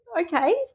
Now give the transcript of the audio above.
okay